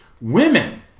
women